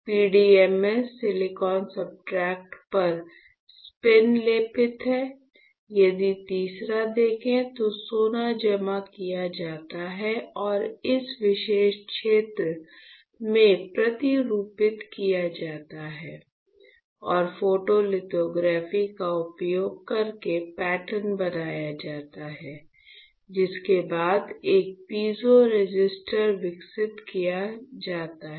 PDMS silicon substrate पर spin लेपित यदि तीसरा देखें तो सोना जमा किया जाता है और इस विशेष क्षेत्र में प्रतिरूपित किया जाता है और फोटोलिथोग्राफी का उपयोग करके पैटर्न बनाया जाता है जिसके बाद एक पीजो रेसिस्टर विकसित किया जाता है